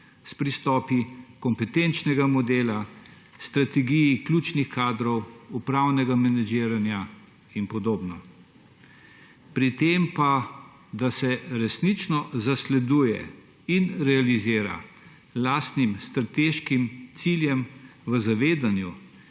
s pristopi kompetenčnega modela, s strategijami ključnih kadrov, upravnega menedžiranja in podobno? Pri tem pa, da se resnično zasleduje in realizira lastne strateške cilje v zavedanju,